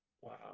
Wow